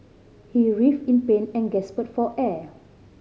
he writhed in pain and gasped for air